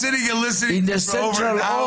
sitting here listening to you for over an hour,